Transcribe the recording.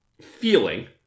feeling